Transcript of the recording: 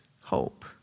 Hope